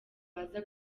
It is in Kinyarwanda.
baza